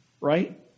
right